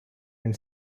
end